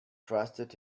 trusted